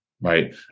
right